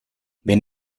wenn